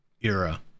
era